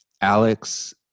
Alex